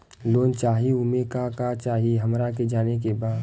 Loan चाही उमे का का चाही हमरा के जाने के बा?